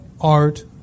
art